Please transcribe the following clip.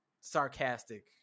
sarcastic